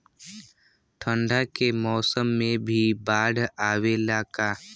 ठंडा के मौसम में भी बाढ़ आवेला का?